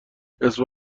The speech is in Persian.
اسم